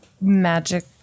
magic